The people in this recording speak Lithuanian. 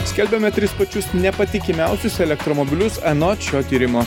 skelbiame tris pačius nepatikimiausius elektromobilius anot šio tyrimo